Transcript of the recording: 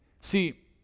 See